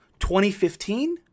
2015